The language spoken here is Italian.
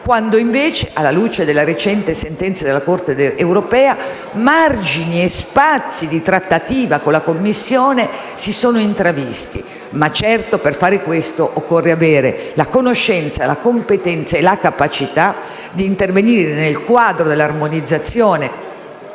Invece, alla luce della recente sentenza della Corte di giustizia dell'Unione europea, margini di trattativa con la Commissione si sono intravisti; tuttavia, per fare questo occorre avere la conoscenza, la competenza e la capacità d'intervenire nel quadro dell'armonizzazione